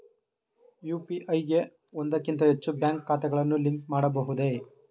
UPI ಗೆ ಒಂದಕ್ಕಿಂತ ಹೆಚ್ಚು ಬ್ಯಾಂಕ್ ಖಾತೆಗಳನ್ನು ಲಿಂಕ್ ಮಾಡಬಹುದೇ?